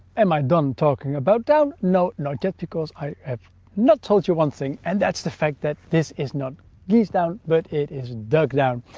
am i done talking about down? no not yet because i have not told you one thing and that's the fact that this is not geese down but it is duck down.